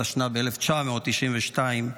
התשנ"ב 1992,